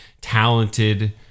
talented